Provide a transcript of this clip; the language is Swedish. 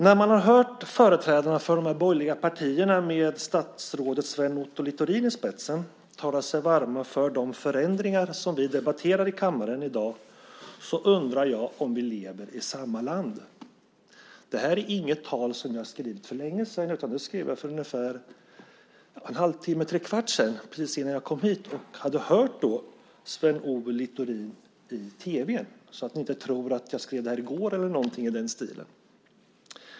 När man har hört företrädarna för de borgerliga partierna, med statsrådet Sven Otto Littorin i spetsen, tala sig varma för de förändringar som vi debatterar i kammaren i dag undrar jag om vi lever i samma land. Det här är inget tal som jag har skrivit för länge sedan, utan det skrev jag för ungefär en halvtimme, trekvart sedan, precis innan jag kom hit. Jag hade då hört Sven O Littorin i tv - så att ni inte tror att jag skrev det här i går eller någonting i den stilen.